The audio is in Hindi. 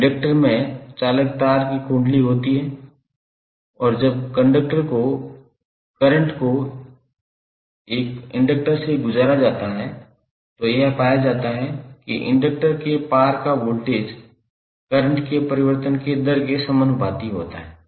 इंडक्टर में चालक तर की कुंडली होती है और जब करंट को एक इंडक्टर से गुजरा जाता है तो यह पाया जाता है कि इंडक्टर के पार का वोल्टेज करंट के परिवर्तन के दर के समानुपाती होता है